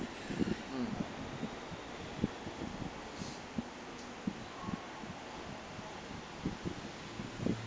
mm